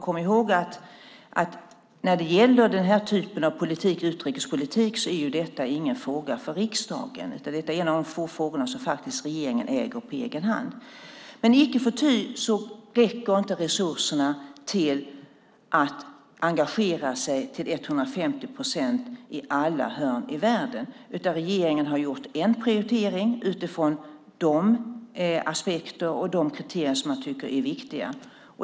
Kom ihåg att när det gäller den här typen av utrikespolitik är detta ingen fråga för riksdagen, utan det är en av de få frågor som regeringen äger på egen hand. Men icke förty räcker inte resurserna till att engagera sig till 150 procent i alla hörn i världen. Regeringen har gjort en prioritering utifrån de aspekter och de kriterier som man tycker är viktiga.